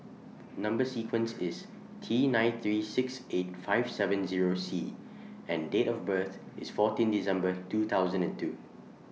Number sequence IS T nine three six eight five seven Zero C and Date of birth IS fourteen December two thousand and two